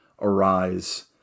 arise